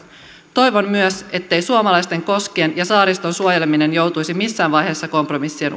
toivon myös ettei suomalaisten koskien ja saariston suojeleminen joutuisi missään vaiheessa kompromissien